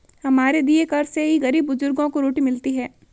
हमारे दिए कर से ही गरीब बुजुर्गों को रोटी मिलती है